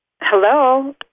Hello